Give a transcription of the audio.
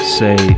say